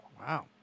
Wow